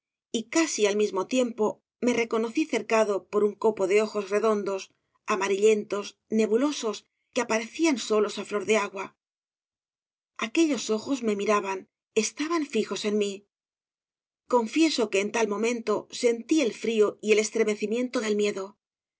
y casi al mismo tiempo me reconocí cercado por un copo fantástico de obras de valle inclan ojos redondos amarillentos nebulosos que aparecían solos á flor de agua aquellos ojos me miraban estaban fijos en mí confieso que en tal momento sentí el frío y el estremecimiento del miedo